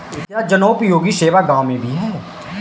क्या जनोपयोगी सेवा गाँव में भी है?